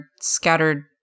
scattered